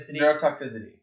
neurotoxicity